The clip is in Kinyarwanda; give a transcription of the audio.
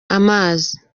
amazi